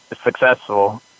successful